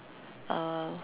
uh